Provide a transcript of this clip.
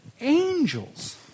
angels